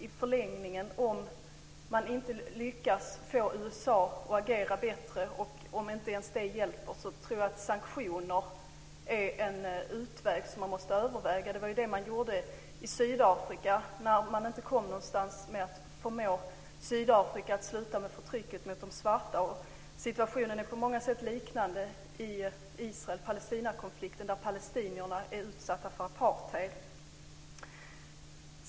I förlängningen, om man inte lyckas få USA att agera bättre eller om inte ens det hjälper, tror jag att sanktioner är en utväg som måste övervägas. Det var ju det man tillgrep i Sydafrika när man inte kom någonstans med att förmå Sydafrika att sluta med förtrycket mot de svarta. Situationen är på många sätt liknande i Israel-Palestina-konflikten, där palestinierna är utsatta för apartheid.